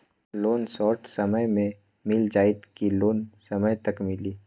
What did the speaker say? Loan short समय मे मिल जाएत कि लोन समय तक मिली?